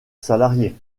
salariés